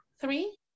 three